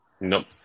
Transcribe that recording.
nope